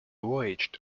voyaged